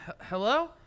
Hello